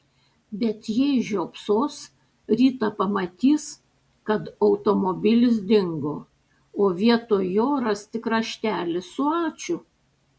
bet jei žiopsos rytą pamatys kad automobilis dingo o vietoj jo ras tik raštelį su ačiū